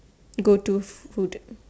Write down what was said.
go to food